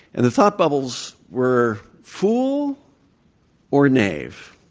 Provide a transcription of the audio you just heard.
and the thought bubbles were fool or knave?